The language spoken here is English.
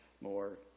more